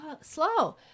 slow